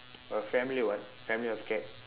a family what family of cat